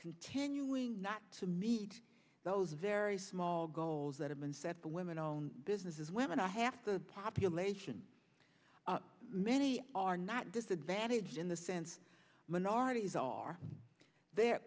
continuing not to meet those very small goals that have been set for women owned businesses women are half the population many are not disadvantaged in the sense minorities are the